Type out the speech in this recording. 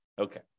Okay